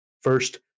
first